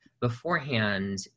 beforehand